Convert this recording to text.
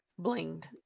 blinged